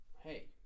Hey